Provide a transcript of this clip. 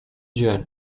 dzień